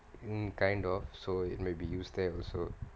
um kind of so it maybe used there also